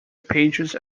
pages